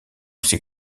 ses